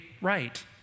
right